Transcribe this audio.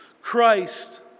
Christ